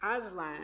Aslan